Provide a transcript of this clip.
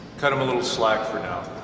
cut him a little slack for now.